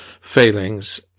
failings